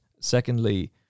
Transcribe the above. Secondly